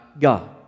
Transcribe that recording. God